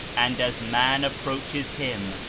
and as man approaches him,